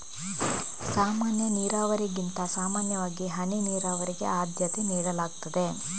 ಸಾಮಾನ್ಯ ನೀರಾವರಿಗಿಂತ ಸಾಮಾನ್ಯವಾಗಿ ಹನಿ ನೀರಾವರಿಗೆ ಆದ್ಯತೆ ನೀಡಲಾಗ್ತದೆ